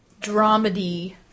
dramedy